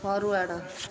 forward